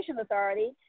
Authority